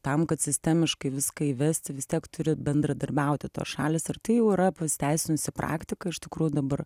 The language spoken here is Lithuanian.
tam kad sistemiškai viską įvesti vis tiek turi bendradarbiauti tos šalys ar tai jau yra pasiteisinusi praktika iš tikrųjų dabar